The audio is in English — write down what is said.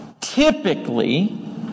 typically